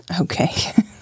Okay